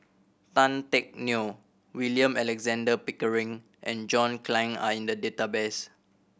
Tan Teck Neo William Alexander Pickering and John Clang are in the database